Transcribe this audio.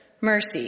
mercy